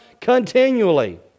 continually